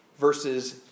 versus